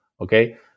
Okay